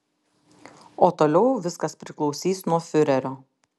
o toliau viskas priklausys nuo fiurerio